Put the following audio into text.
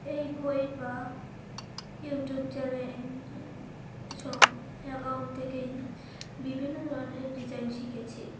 এই বই বা ইউটিউব চ্যানেল স অ্যাকাউন্ট থেকেই বিভিন্ন ধরনের ডিজাইন শিখেছি